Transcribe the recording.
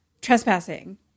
trespassing